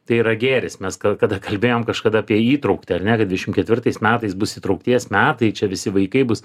tai yra gėris mes gal kada kalbėjom kažkada apie įtrauktį ar ne kad dvidešimt ketvirtais metais bus įtraukties metai čia visi vaikai bus